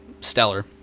stellar